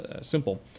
simple